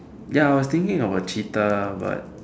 ya I was thinking of a cheetah but